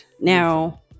now